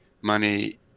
money